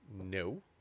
No